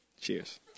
Cheers